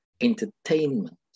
entertainment